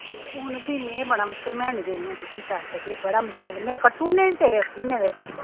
ते हून फ्ही में बड़ा मुश्कल में निं देने हैन तुगी पैसे फ्ही बड़ा मुश्कल में कट्टी ओड़ने निं तेरे इस म्हीने दे पैसे